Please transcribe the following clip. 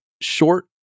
short